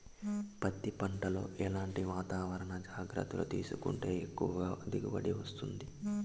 పత్తి పంట లో ఎట్లాంటి వాతావరణ జాగ్రత్తలు తీసుకుంటే ఎక్కువగా దిగుబడి వస్తుంది?